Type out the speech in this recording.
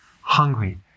hungry